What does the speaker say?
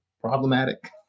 problematic